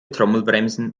trommelbremsen